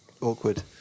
awkward